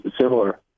similar